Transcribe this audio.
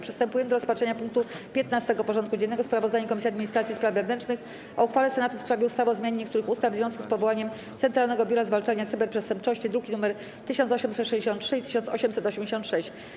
Przystępujemy do rozpatrzenia punktu 15. porządku dziennego: Sprawozdanie Komisji Administracji i Spraw Wewnętrznych o uchwale Senatu w sprawie ustawy o zmianie niektórych ustaw w związku z powołaniem Centralnego Biura Zwalczania Cyberprzestępczości (druki nr 1863 i 1886)